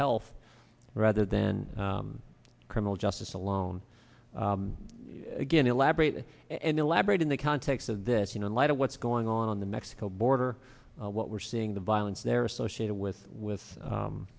health rather than criminal justice alone again elaborate and elaborate in the context of this you know in light of what's going on on the mexico border what we're seeing the violence there associated with with